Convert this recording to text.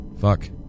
Fuck